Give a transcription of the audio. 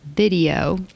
video